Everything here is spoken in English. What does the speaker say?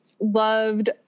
loved